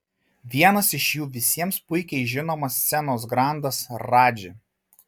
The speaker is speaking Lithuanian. vienas iš jų visiems puikiai žinomas scenos grandas radži